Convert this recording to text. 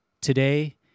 Today